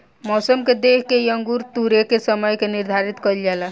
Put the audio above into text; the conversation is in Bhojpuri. मौसम के देख के ही अंगूर तुरेके के समय के निर्धारित कईल जाला